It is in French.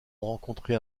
rencontré